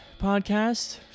podcast